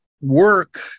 work